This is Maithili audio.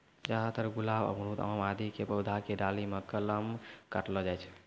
ज्यादातर गुलाब, अमरूद, आम आदि के पौधा के डाली मॅ कलम काटलो जाय छै